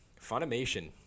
Funimation